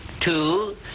Two